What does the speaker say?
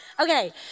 Okay